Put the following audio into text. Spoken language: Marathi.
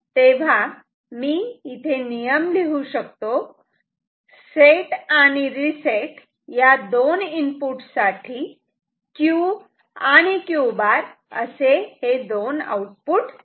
तेव्हा मी नियम लिहू शकतो सेट आणि रिसेट या दोन इनपुट साठी Q आणि Q' असे दोन आउटपुट आहेत